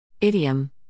Idiom